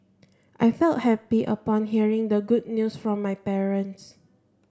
I felt happy upon hearing the good news from my parents